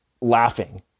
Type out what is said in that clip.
laughing